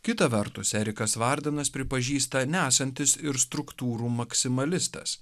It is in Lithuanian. kita vertus erikas vardenas pripažįsta nesantis ir struktūrų maksimalistas